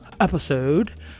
episode